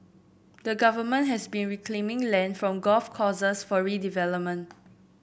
the Government has been reclaiming land from golf courses for redevelopment